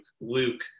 Luke